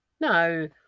No